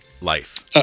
Life